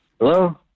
Hello